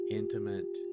intimate